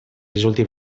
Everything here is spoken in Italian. risulti